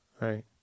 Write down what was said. right